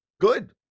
good